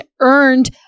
earned